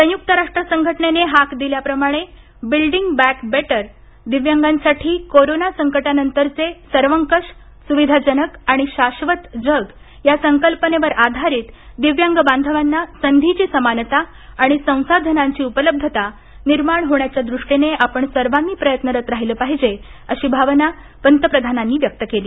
संयुक्त राष्ट्र संघटनेने हाक दिल्याप्रमाणे बिल्डिंग बॅंक बेटर दिव्यांगांसाठी कोरोना संकटानंतरचे सर्वकष सुविधाजनक आणि शाश्वत जग या संकल्पनेवर आधारित दिव्यांग बांधवांना संधीची समानता आणि संसाधनांची उपलब्धता निर्माण होण्याच्या दृष्टीने आपण सर्वांनी प्रयत्नरत राहिलं पाहिजे अशी भावना पंतप्रधानांनी व्यक्त केली